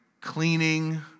cleaning